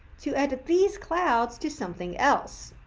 to edit these clouds to something else.